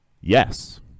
Yes